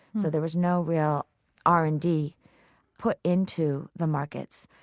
so there was no real r and d put into the markets.